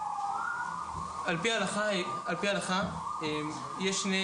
-- על פי ההלכה, יש שני